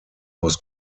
was